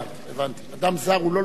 אדם זר הוא לא למועצת הביטחון.